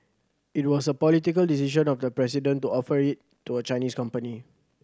it was a political decision of the president to offer it to a Chinese company